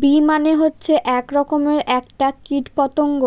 bee মানে হচ্ছে এক রকমের একটা কীট পতঙ্গ